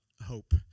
hope